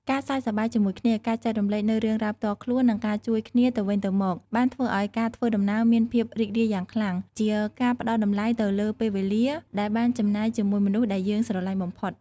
ការសើចសប្បាយជាមួយគ្នា ការចែករំលែកនូវរឿងរ៉ាវផ្ទាល់ខ្លួន និងការជួយគ្នាទៅវិញទៅមកបានធ្វើឱ្យការធ្វើដំណើរមានភាពរីករាយយ៉ាងខ្លាំង ជាការផ្តល់តម្លៃទៅលើពេលវេលាដែលបានចំណាយជាមួយមនុស្សដែលយើងស្រឡាញ់បំផុត។